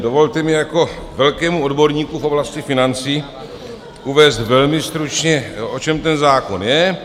Dovolte mi jako velkému odborníku v oblasti financí uvést velmi stručně, o čem ten zákon je.